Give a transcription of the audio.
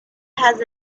has